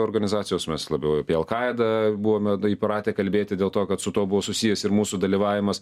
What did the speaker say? organizacijos mes labiau apie alkaidą buvome įpratę kalbėti dėl to kad su tuo buvo susijęs ir mūsų dalyvavimas